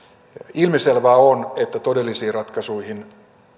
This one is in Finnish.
ilmiselvää on että todellisiin ratkaisuihin